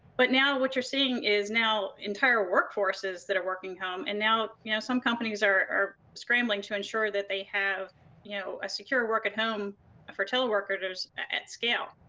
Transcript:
but now what you're seeing is now entire workforces that are working home and now you know some companies are are scrambling to ensure that they have you know a secure work at home for teleworkers at scale.